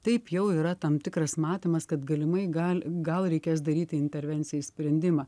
taip jau yra tam tikras matymas kad galimai gal gal reikės daryti intervenciją į sprendimą